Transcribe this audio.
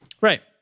Right